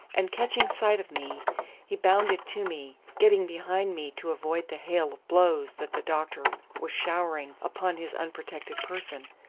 and catching sight of me he bounded to me, getting behind me to avoid the hail of blows that the doctor was showering upon his unprotected person.